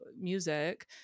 music